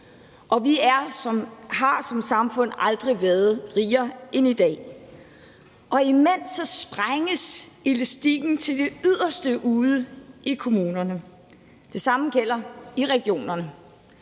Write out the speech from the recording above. vi har som samfund aldrig været rigere end i dag. Imens strækkes elastikken til det yderste ude i kommunerne, og det samme gælder i regionerne.